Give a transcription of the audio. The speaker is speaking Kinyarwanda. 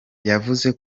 yavuze